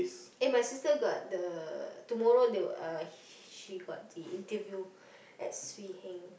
eh my sister got the tomorrow the uh h~ she got the interview at Swee-Heng